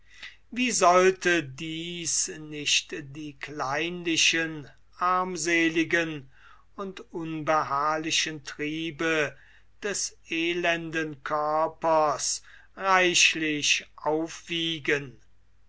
wie sollte dies nicht die kleinlichen armseligen und unbeharrlichen triebe des elenden körpers reichlich aufwiegen